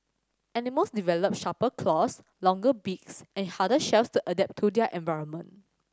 animals develop sharper claws longer beaks and harder shells to adapt to their environment